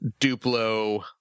Duplo